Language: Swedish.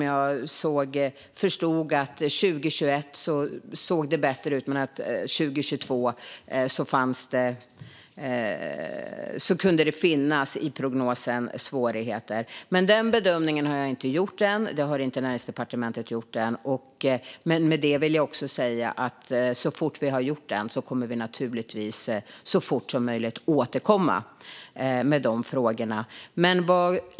Jag förstod att det såg bättre ut 2021 men att det kunde finnas svårigheter i prognosen för 2022. Men den bedömningen har jag inte gjort än. Den har inte Näringsdepartementet gjort än. Med det vill jag säga att så fort vi har gjort den kommer vi naturligtvis att återkomma i de frågorna.